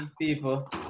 people